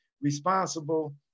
responsible